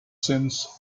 since